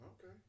Okay